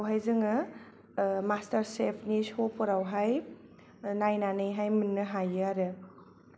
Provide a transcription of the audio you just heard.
बिखौहाय जोङो मास्टार सेफनि स'फोरावहाय नायनानैहाय मोननो हायो आरो